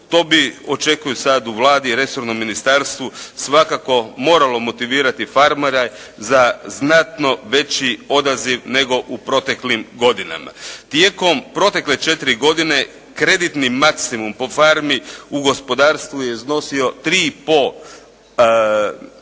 To bi, očekuju sad u Vladi i resornom ministarstvu svakako moralo motivirati farmere za znatno veći odaziv nego u proteklim godinama. Tijekom protekle 4 godine kreditni maksimum po farmi u gospodarstvu je iznosio 3 i pol milijuna